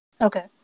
Okay